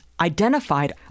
identified